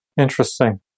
Interesting